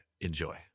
enjoy